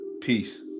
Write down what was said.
Peace